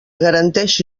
garanteixi